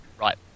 right